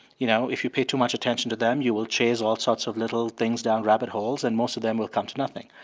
you know, if you pay too much attention to them, you will chase all sorts of little things down rabbit holes, and most of them will come to nothing.